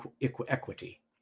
equity